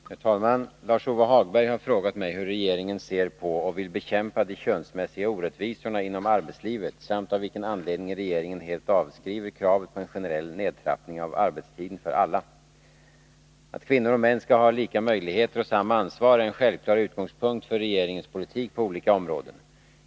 Herr talman! Lars-Ove Hagberg har frågat mig hur regeringen ser på och vill bekämpa de könsmässiga orättvisorna inom arbetslivet samt av vilken anledning regeringen helt avskriver kravet på en generell nedtrappning av arbetstiden för alla. Att kvinnor och män skall ha lika möjligheter och samma ansvar är en självklar utgångspunkt för regeringens politik på olika områden.